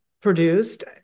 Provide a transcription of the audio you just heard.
produced